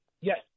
Yes